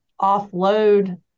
offload